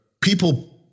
people